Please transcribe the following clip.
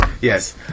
yes